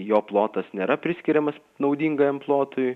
jo plotas nėra priskiriamas naudingajam plotui